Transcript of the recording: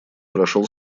прошел